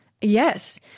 Yes